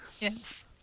yes